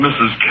Mrs